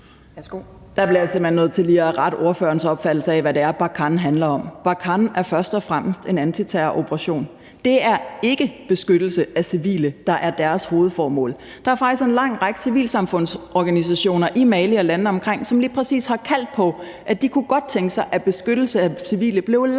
Der bliver jeg simpelt hen nødt til lige at rette ordførerens opfattelse af, hvad det er, »Operation Barkhane« handler om. » Operation Barkhane« er først og fremmest en antiterroroperation. Det er ikke beskyttelse af civile, der er dens hovedformål. Der er faktisk en lang række civilsamfundsorganisationer i Mali og i landene omkring, som lige præcis har kaldt på det her, nemlig at de godt kunne tænke sig, at beskyttelse af civile blev langt